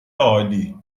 عالی